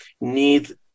need